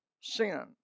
sin